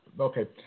Okay